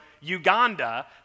Uganda